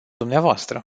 dvs